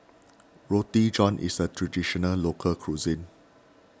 Roti John is a Traditional Local Cuisine